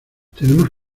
tenemos